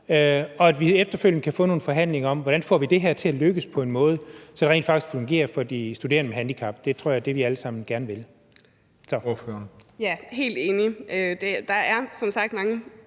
og at vi efterfølgende kan få nogle forhandlinger om, hvordan vi får det her til at lykkes på en måde, så det rent faktisk fungerer for de studerende med handicap. Det tror jeg er det, vi alle sammen gerne vil.